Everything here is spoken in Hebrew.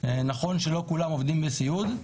נכון שלא כולם עובדים בסיעוד,